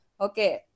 Okay